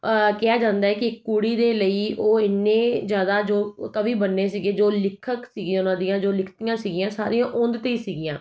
ਕਿਹਾ ਜਾਂਦਾ ਕਿ ਕੁੜੀ ਦੇ ਲਈ ਉਹ ਇੰਨੇ ਜ਼ਿਆਦਾ ਜੋ ਕਵੀ ਬਣਨੇ ਸੀਗੇ ਜੋ ਲਿਖਤ ਸੀ ਉਹਨਾਂ ਦੀਆਂ ਜੋ ਲਿਖਤੀਆਂ ਸੀਗੀਆਂ ਸਾਰੀਆਂ ਉਹਦੇ 'ਤੇ ਹੀ ਸੀਗੀਆਂ